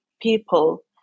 people